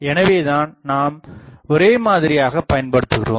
எனவேதான் நாம் ஒரே மாதிரியாகப் பயன்படுத்துகிறோம்